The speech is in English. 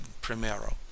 primero